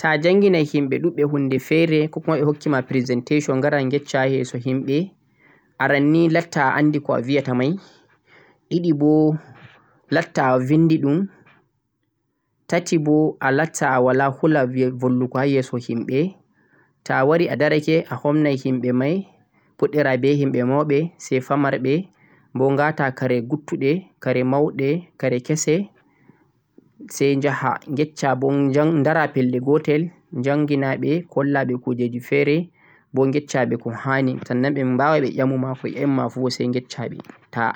to'a janginaai himbe dudbeh hunde fere ko kuma beh hokkima presentation waya yeccha ha yeso himbe arrani latta a anndi ko'a viyata mai didi b latta a vindi dhum tati boh latta a wala hula volwugo ha yeso himbe to'a wari a darake a hofna himbe mai fuddira beh himbe maubeh sai bamarbeh boh wata kare guttudhe kare maubeh kare kese sai nyaja yeccha dara pellel gotel jangina beh wolla beh kujeji fere boh yechabeh ko handi